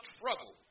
trouble